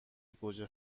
گوجه